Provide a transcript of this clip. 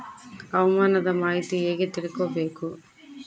ಹವಾಮಾನದ ಮಾಹಿತಿ ಹೇಗೆ ತಿಳಕೊಬೇಕು?